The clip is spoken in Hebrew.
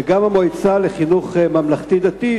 וגם המועצה לחינוך ממלכתי-דתי,